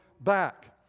back